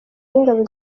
n’ingabo